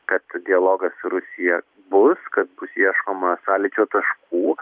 kad dialogas su rusija bus kad bus ieškoma sąlyčio taškų